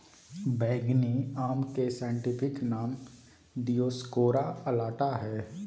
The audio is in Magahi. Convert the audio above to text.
बैंगनी आम के साइंटिफिक नाम दिओस्कोरेआ अलाटा हइ